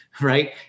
Right